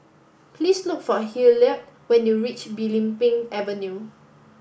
please look for Hilliard when you reach Belimbing Avenue